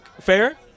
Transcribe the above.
fair